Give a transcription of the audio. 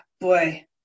boy